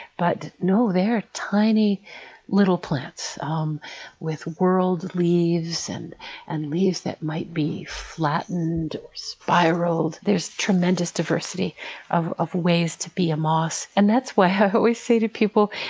but no, they're tiny little plants um with rolled leaves and and leaves that might be flattened or spiraled. there's tremendous diversity of of ways to be a moss. and that's what i always say to people.